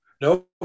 no